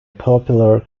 popular